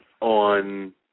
on